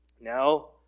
Now